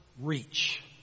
reach